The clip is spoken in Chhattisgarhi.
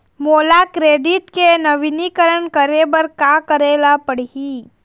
मोला क्रेडिट के नवीनीकरण करे बर का करे ले पड़ही?